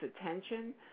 attention